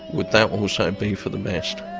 will that also be for the best?